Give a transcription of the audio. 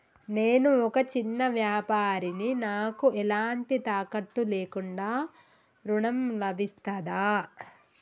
నేను ఒక చిన్న వ్యాపారిని నాకు ఎలాంటి తాకట్టు లేకుండా ఋణం లభిస్తదా?